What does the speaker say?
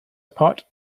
pot